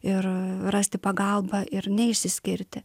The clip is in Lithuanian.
ir rasti pagalbą ir neišsiskirti